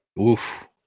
Oof